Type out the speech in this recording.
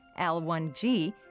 L1G